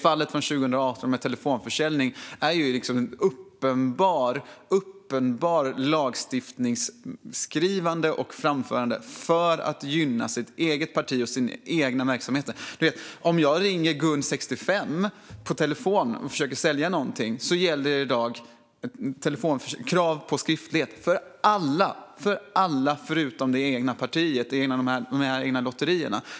Fallet från 2018 med telefonförsäljning är ett uppenbart lagstiftningsskrivande och framförande för att gynna det egna partiet och den egna verksamheten. Om jag ringer till Gun, 65, på telefon och försöker sälja någonting gäller i dag krav på skriftlighet för alla, förutom för det partiets eget lotteri.